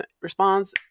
responds